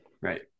Right